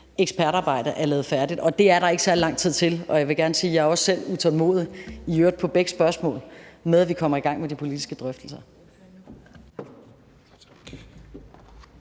ekspertarbejdet er lavet færdigt, og det er der ikke særlig lang tid til. Og jeg vil gerne sige, at jeg også selv er utålmodig – i øvrigt på begge spørgsmål – med at komme i gang med de politiske drøftelser.